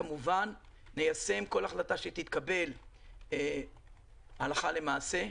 אנחנו כמובן ניישם כל החלטה שתתקבל הלכה למעשה.